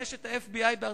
יש ה-FBI בארצות-הברית,